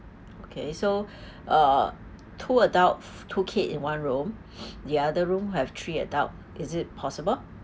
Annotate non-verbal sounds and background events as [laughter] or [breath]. okay so [breath] uh two adults two kids in one room [breath] the other room have three adults is it possible